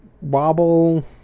wobble